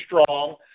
Strong